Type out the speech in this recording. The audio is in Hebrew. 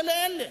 אלה.